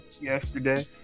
yesterday